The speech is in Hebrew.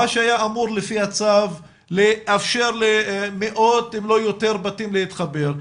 מה שהיה אמור לפי הצו לאפשר למאות אם לא יותר בתים להתחבר,